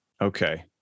Okay